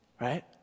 Right